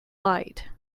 light